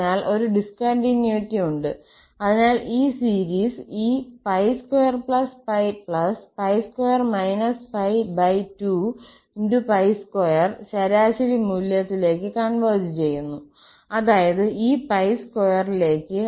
അതിനാൽ ഒരു ഡിസ്കണ്ടിന്യൂറ്റി ഉണ്ട് അതിനാൽ ഈ സീരീസ് ഈ 2π2 π22 ശരാശരി മൂല്യത്തിലേക്ക് കോൺവെർജ് ചെയ്യുന്നു അതായത് ഈ 2 ലേക്ക്